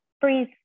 breathe